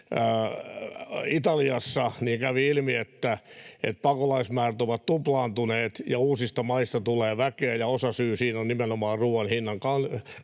Italiassa, niin kävi ilmi, että pakolaismäärät ovat tuplaantuneet ja uusista maista tulee väkeä ja osasyy siihen on nimenomaan ruuan hinnan